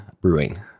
brewing